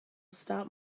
start